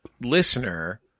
listener